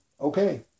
okay